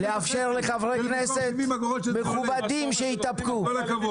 רם, תאפשר בבקשה לחברי כנסת שהתאפקו גם לדבר.